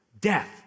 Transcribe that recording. death